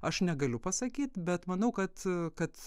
aš negaliu pasakyt bet manau kad kad